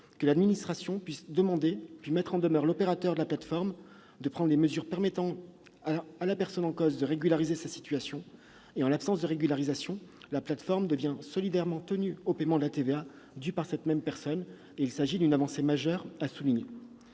TVA, l'administration pourra mettre en demeure l'opérateur de la plateforme de prendre les mesures permettant à la personne en cause de régulariser sa situation. En l'absence de régularisation, la plateforme est solidairement tenue au paiement de la TVA due par cette personne. Il s'agit d'une avancée majeure, qu'il